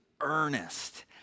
earnest